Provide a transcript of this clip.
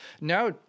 now